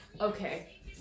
okay